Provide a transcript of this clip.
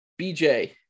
BJ